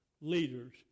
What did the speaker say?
leaders